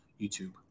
YouTube